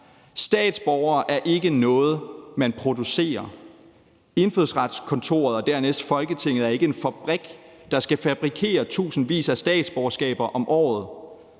Statsborgere er ikke noget, man producerer. Indfødsretskontoret og dernæst Folketinget er ikke en fabrik, der skal fabrikere tusindvis af statsborgerskaber om året.